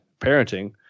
parenting